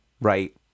right